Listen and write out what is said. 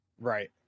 Right